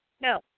no